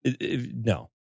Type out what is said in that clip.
no